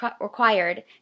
required